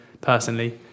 personally